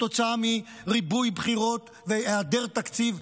כתוצאה מריבוי בחירות והיעדר תקציב,